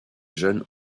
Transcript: jeunes